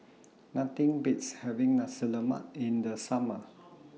Nothing Beats having Nasi Lemak in The Summer